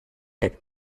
that